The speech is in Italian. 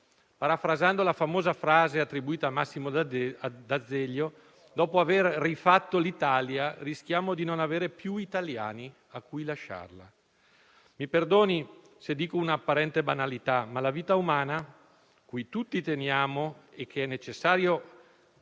Parafrasando la famosa frase attribuita a Massimo D'Azeglio, dopo aver rifatto l'Italia, rischiamo di non avere più italiani a cui lasciarla. Signor Presidente, mi perdoni se dico un'apparente banalità, ma la vita umana, a cui tutti teniamo e che è necessario